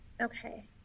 Okay